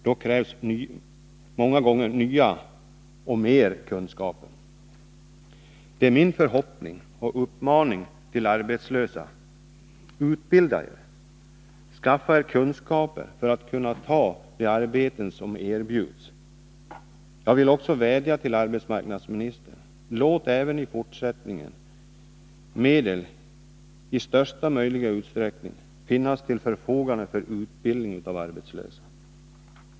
Då krävs många gånger ny och mer kunskap. Det är min förhoppning, och jag uppmanar de arbetslösa: Utbilda er, skaffa er kunskaper för att kunna ta de arbeten som erbjuds! Jag vill också vädja till arbetsmarknadsministern: Låt även i fortsättningen medel i största möjliga utsträckning finnas till förfogande för utbildning av arbetslösa.